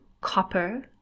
copper